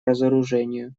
разоружению